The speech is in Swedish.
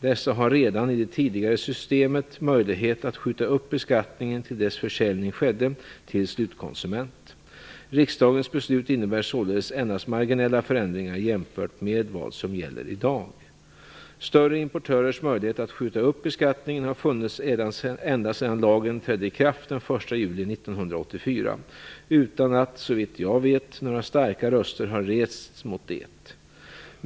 Dessa hade redan i det tidigare systemet möjlighet att skjuta upp beskattningen till dess försäljning skedde till slutkonsumenten. Riksdagens beslut innebär således endast marginella förändringar jämfört med vad som gäller i dag. Större importörers möjlighet att skjuta upp beskattningen har funnits ända sedan lagen trädde i kraft den 1 juli 1984 utan att, såvitt jag vet, några starka röster har rests mot det.